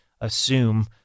assume